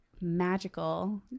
magical